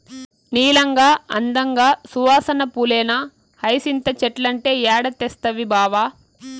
నీలంగా, అందంగా, సువాసన పూలేనా హైసింత చెట్లంటే ఏడ తెస్తవి బావా